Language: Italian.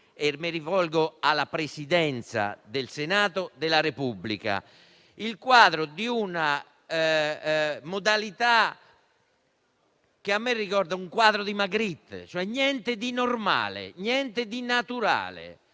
mi rivolgo alla Presidenza del Senato della Repubblica. È il quadro di una modalità che a me ricorda un quadro di Magritte: niente di normale, niente di naturale,